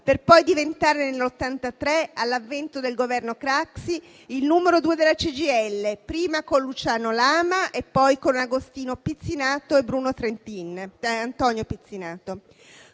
per poi diventare nel 1983, all'avvento del Governo Craxi, il numero due della CGIL, prima con Luciano Lama e poi con Antonio Pizzinato e Bruno Trentin. Con Lama